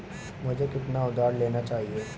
मुझे कितना उधार लेना चाहिए?